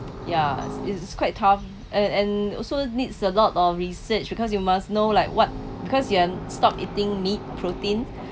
ya is quite tough and and also needs a lot of research because you must know like what because you're stop eating meat protein